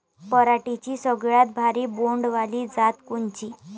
पराटीची सगळ्यात भारी बोंड वाली जात कोनची?